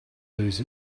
lose